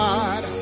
God